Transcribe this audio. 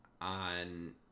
on